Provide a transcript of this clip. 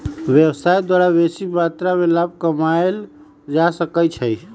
व्यवसाय द्वारा बेशी मत्रा में लाभ कमायल जा सकइ छै